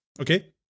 Okay